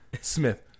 Smith